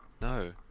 No